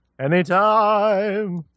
Anytime